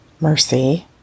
mercy